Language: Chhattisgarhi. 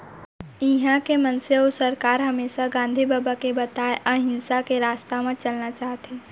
इहॉं के मनसे अउ सरकार हमेसा गांधी बबा के बताए अहिंसा के रस्ता म चलना चाहथें